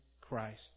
Christ